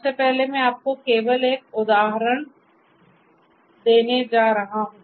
सबसे पहले मैं आपको केवल एक उदाहरण देने जा रहा हूं